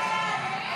ההצעה